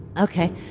Okay